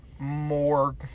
more